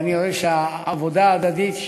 אני רואה שהעבודה ההדדית,